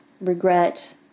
regret